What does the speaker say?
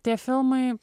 tie filmai